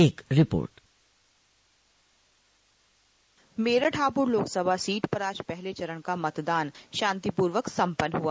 एक report Meerut Hapur Lok Sabha seat पर आज पहले चरण का मतदान शांति पूर्वक संपन्न हुआ